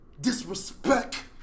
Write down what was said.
disrespect